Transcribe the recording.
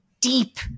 deep